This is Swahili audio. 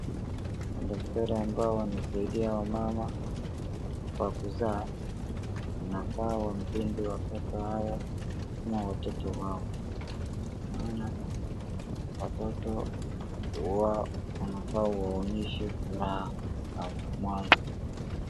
Daktari ambao wanasaidia wamama kwa kuzaa inafaa wapende watoto hao kama watoto wao maana watoto wao unafaa uwaonyeshe furaha mwanzo.